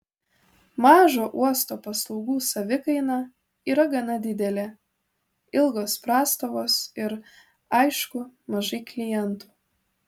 mažo uosto paslaugų savikaina yra gana didelė ilgos prastovos ir aišku mažai klientų